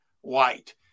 white